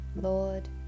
Lord